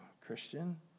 Christian